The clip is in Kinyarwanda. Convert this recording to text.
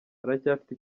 aracyafite